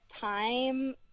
time